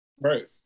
Right